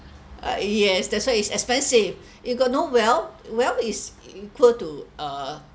uh yes that's why it's expensive you got no wealth wealth is equal to err